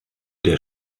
der